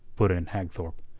put in hagthorpe,